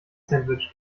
sandwich